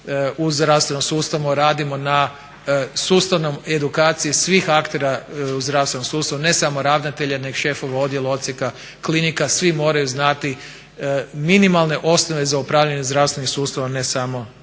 u zdravstvenom sustavu radimo na sustavnoj edukaciji svih aktera u zdravstvenom sustavu ne samo ravnatelja nego šefova odjela, odsjeka, klinika, svi moraju znati minimalne osnove za upravljanje zdravstvenim sustavom a ne samo